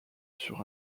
sur